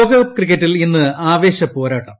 ലോകകപ്പ് ക്രിക്കറ്റിൽ ഇന്ന് ആവേശപ്പോരാട്ടം